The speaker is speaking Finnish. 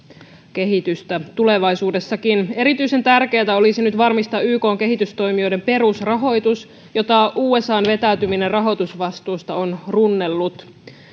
kehitystä tulevaisuudessakin erityisen tärkeätä olisi nyt varmistaa ykn kehitystoimijoiden perusrahoitus jota usan vetäytyminen rahoitusvastuusta on runnellut